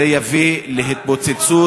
זה יביא להתפוצצות,